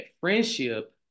friendship